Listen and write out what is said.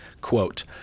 quote